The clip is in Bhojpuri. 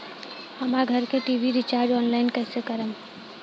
हमार घर के टी.वी रीचार्ज ऑनलाइन कैसे करेम?